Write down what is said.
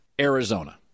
Arizona